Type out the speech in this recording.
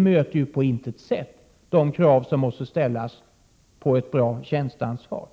möter på intet sätt de krav som måste ställas på ett bra tjänsteansvar.